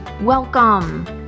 Welcome